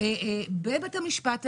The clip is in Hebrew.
שפלורליזם,